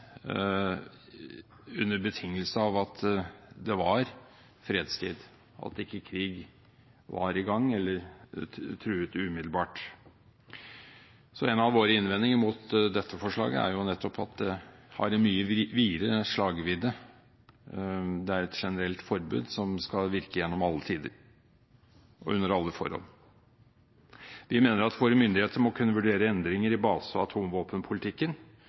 fredstid, at ikke krig var i gang eller truet umiddelbart. En av våre innvendinger mot dette forslaget er nettopp at det har en mye videre slagvidde. Det er et generelt forbud som skal virke gjennom alle tider, og under alle forhold. Vi mener at våre myndigheter må kunne vurdere endringer i base- og atomvåpenpolitikken